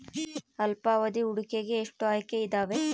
ಅಲ್ಪಾವಧಿ ಹೂಡಿಕೆಗೆ ಎಷ್ಟು ಆಯ್ಕೆ ಇದಾವೇ?